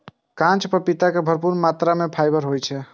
कांच पपीता मे भरपूर मात्रा मे फाइबर होइ छै